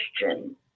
question